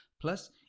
Plus